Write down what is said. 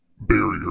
barrier